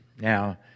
Now